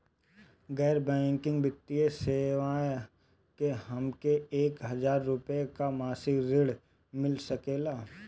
गैर बैंकिंग वित्तीय सेवाएं से हमके एक हज़ार रुपया क मासिक ऋण मिल सकेला?